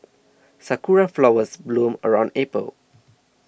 sakura flowers bloom around April